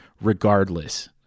regardless